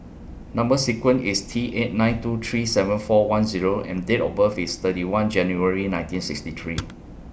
Number sequence IS T eight nine two three seven four one Zero and Date of birth IS thirty one January nineteen sixty three